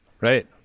Right